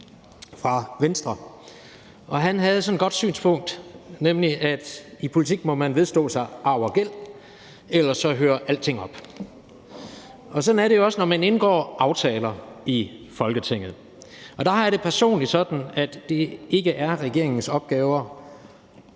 fra Venstre, og som havde sådan et godt synspunkt, nemlig at man i politik må vedstå sig arv og gæld, for ellers hører alting op, og sådan er det jo også, når man indgår aftaler i Folketinget. Der har jeg det personligt sådan, at det ikke er regeringens opgave